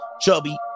chubby